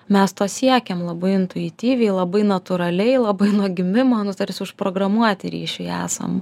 mes to siekiam labai intuityviai labai natūraliai labai nuo gimimo tarsi užprogramuoti ryšiui esam